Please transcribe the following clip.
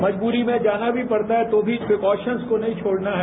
मजबूरी में जाना भी पड़ता है तो भी जो है प्रिकोशन्स को नहीं छोड़ना है